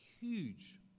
huge